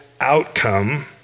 outcome